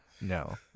No